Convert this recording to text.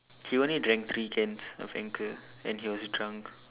he only drank three cans of Anchor and he was drunk